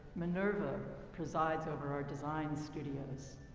minerva presides over our design studios.